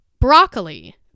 Broccoli